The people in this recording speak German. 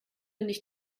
nicht